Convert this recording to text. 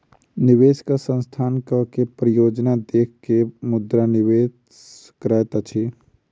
निवेशक संस्थानक के परियोजना देख के मुद्रा निवेश करैत अछि